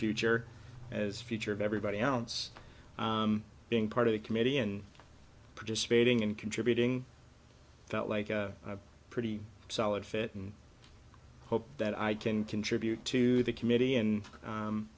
future as future of everybody else being part of the committee and participating in contributing felt like a pretty solid fit and i hope that i can contribute to the committee